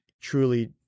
truly